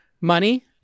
Money